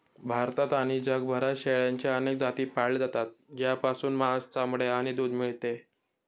भारतात आणि जगभरात शेळ्यांच्या अनेक जाती पाळल्या जातात, ज्यापासून मांस, चामडे आणि दूध मिळते